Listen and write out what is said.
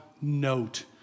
note